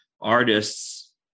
artists